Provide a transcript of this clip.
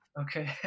Okay